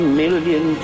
million